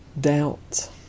doubt